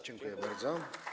Dziękuję bardzo.